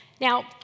Now